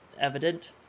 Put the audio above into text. evident